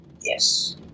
yes